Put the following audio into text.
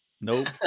Nope